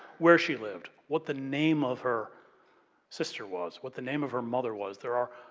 where she lived, what the name of her sister was, what the name of her mother was. there are,